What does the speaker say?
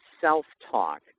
self-talk